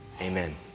amen